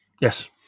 Yes